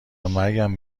مرگم